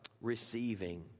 receiving